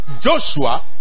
Joshua